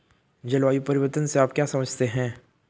जलवायु परिवर्तन से आप क्या समझते हैं?